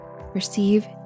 receive